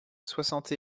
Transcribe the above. soixante